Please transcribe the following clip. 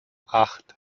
acht